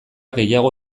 gehiago